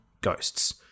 Ghosts